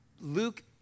Luke